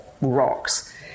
rocks